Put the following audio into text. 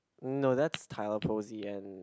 no that's Tyler Posey and